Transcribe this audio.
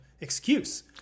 excuse